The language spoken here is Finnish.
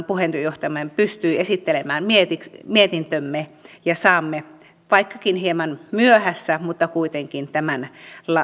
puheenjohtaja pystyi esittelemään mietintömme mietintömme ja saamme vaikkakin hieman myöhässä mutta kuitenkin tämän